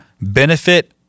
benefit